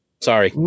Sorry